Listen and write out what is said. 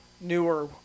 newer